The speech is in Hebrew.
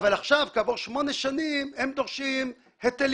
אבל עכשיו כעבור שמונה שנים הם דורשים היטלים.